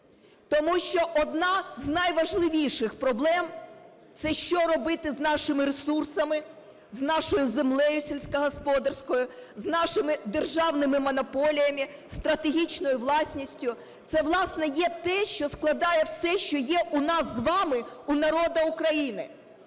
Тому що одна з найважливіших проблем – це що робити з нашими ресурсами, з нашою землею сільськогосподарською, з нашими державними монополіями, стратегічною власністю. Це, власне, є те, що складає все, що є у нас з вами, у народу України.